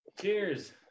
Cheers